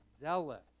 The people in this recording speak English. zealous